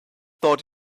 thought